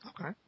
Okay